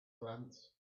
glance